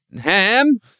Ham